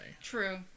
True